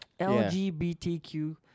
LGBTQ